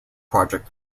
project